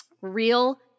real